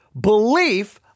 belief